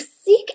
seek